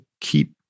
keep